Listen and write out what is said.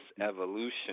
evolution